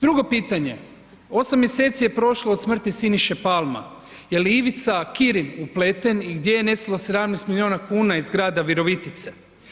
Drugo pitanje, osam mjeseci je prošlo od smrti Siniše Palma jeli Ivica Kirin upleten i gdje je nestalo 17 milijuna kuna iz grada Virovitice?